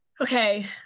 okay